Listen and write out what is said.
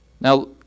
Now